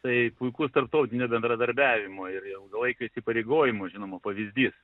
tai puikus tarptautinio bendradarbiavimo ir ilgalaikių įsipareigojimų žinoma pavyzdys